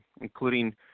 including –